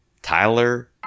Tyler